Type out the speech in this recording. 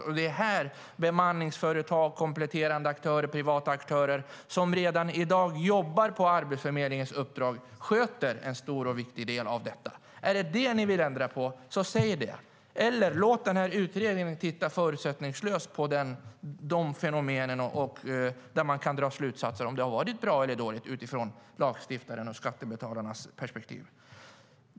Redan i dag är det bemanningsföretag, kompletterande aktörer och privata aktörer som jobbar på Arbetsförmedlingens uppdrag och sköter en stor och viktig del av detta. Är det detta som ni vill ändra på så säg det, eller låt den här utredningen titta förutsättningslöst på dessa fenomen så att man kan dra slutsatser om det har varit bra eller dåligt utifrån lagstiftarens och skattebetalarnas perspektiv.